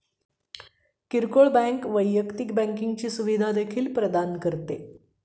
किरकोळ बँक वैयक्तिक बँकिंगची सुविधा देखील प्रदान करते